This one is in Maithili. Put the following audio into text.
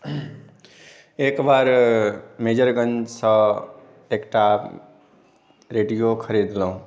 एक बार मेजरगन्जसँ एकटा रेडियो खरिदलहुॅं